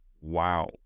Wow